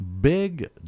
big